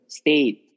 state